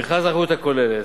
מכרז האחריות הכוללת: